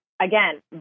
Again